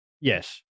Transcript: Yes